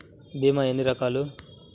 భీమ ఎన్ని రకాలు?